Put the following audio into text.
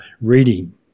reading